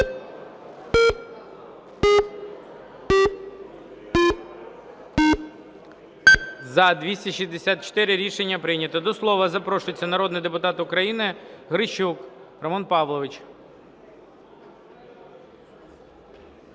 За-264 Рішення прийнято. До слова запрошується народний депутат України Грищук Роман Павлович.